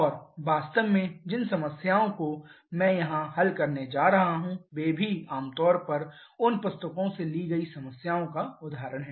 और वास्तव में जिन समस्याओं को मैं यहां हल करने जा रहा हूं वे भी आम तौर पर उन पुस्तकों से ली गई समस्याओं का उदाहरण हैं